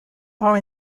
are